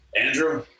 Andrew